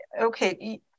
Okay